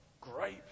great